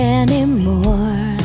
anymore